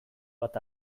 bat